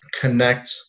connect